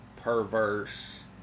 Perverse